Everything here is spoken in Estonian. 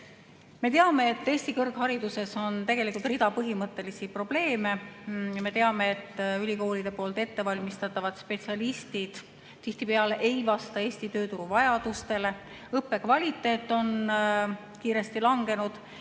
Me teame, et Eesti kõrghariduses on tegelikult rida põhimõttelisi probleeme. Me teame, et ülikoolides ettevalmistatavad spetsialistid tihtipeale ei vasta Eesti tööturu vajadustele. Õppekvaliteet on kiiresti langenud